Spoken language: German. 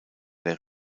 der